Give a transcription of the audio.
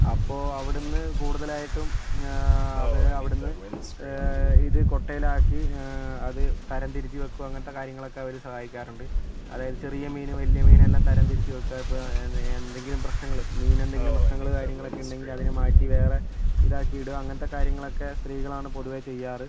അപ്പോൾ അവിടുന്ന് കൂടുതലായിട്ടും അവര് അവിടുന്ന് ഇത് കൊട്ടയിലാക്കി അത് തരം തിരിച്ച് വയ്ക്കും അങ്ങനത്തെ കാര്യങ്ങളൊക്കെ അവര് സഹായിക്കാറുണ്ട് അതായത് ചെറിയ മീനും വലിയ മീനും എല്ലാം തരം തിരിച്ച് വയ്ക്കുക ഇപ്പോൾ എന്തെങ്കിലും പ്രശ്നങ്ങള് മീനിനെന്തെങ്കിലും പ്രശ്നങ്ങള് കാര്യങ്ങളൊക്കെ ഉണ്ടെങ്കിൽ അതിനെ മാറ്റി വേറെ ഇതാക്കി ഇടും അങ്ങനത്തെ കാര്യങ്ങളൊക്കെ സ്ത്രീകളാണ് പൊതുവേ ചെയ്യാറ്